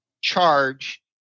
charge